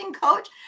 coach